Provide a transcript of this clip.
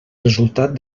resultat